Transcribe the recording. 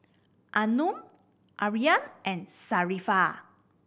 Anuar Aryan and Sharifah